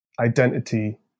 identity